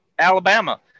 Alabama